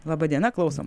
laba diena klausom